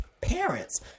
parents